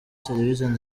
serivisi